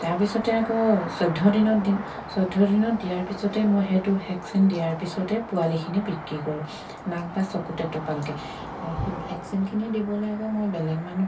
তাৰপিছতে আকৌ চৈধ্য দিনত দিওঁ চৈধ্য দিনত দিয়াৰ পিছতে মই সেইটো ভেকচিন দিয়াৰ পিছতে পোৱালিখিনি বিক্ৰী কৰোঁ নাক বা চকুত এটোপালকৈ আৰু সেই ভেকচিনখিনি দিবলৈ আকৌ মই বেলেগ মানুহ